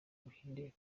buhinde